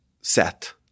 set